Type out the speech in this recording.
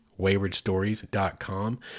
waywardstories.com